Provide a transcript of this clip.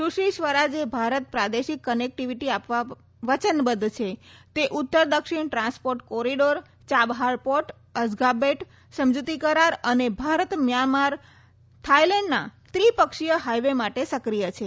સુશ્રી સ્વરાજે ભારત પ્રાદેશિક કનેક્ટિવીટી આપવા વચનબદ્ધ છે તે ઉત્તર દક્ષિણ ટ્રાન્સપોર્ટ કોરિડોર ચાબહાર પોર્ટ અઝઘા બેટ સમજૂતી કરાર અને ભારત મ્યાનમાર થાઈલેન્ડના ત્રિ પક્ષીય હાઈવે માટે સક્રિય છે